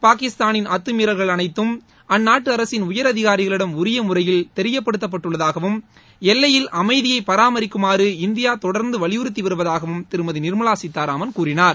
பாகிஸ்தானின் அத்துமீறல்கள் அளைத்தும் அந்நாட்டு அரசின் உயரதிகாரிகளிடம் உரிய முறையில் தெரியப்படுத்தப்பட்டுள்ளதாகவும் எல்லையில் அமைதியை பராமரிக்குமாறு இந்தியா தொடர்ந்து வலியறுத்தி வருவதாகவும் திருமதி நிர்மலா சீதாராமன் கூறினார்